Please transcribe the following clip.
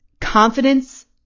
confidence